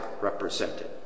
represented